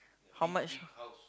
how much